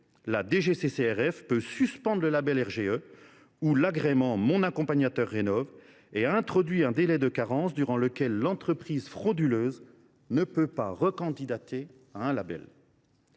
la DGCCRF peut suspendre le label RGE ou l’agrément Mon Accompagnateur Rénov’ et a introduit un délai de carence durant lequel l’entreprise frauduleuse ne peut pas recandidater à un label.